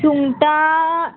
सुंगटां